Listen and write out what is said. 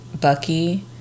Bucky